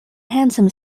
handsome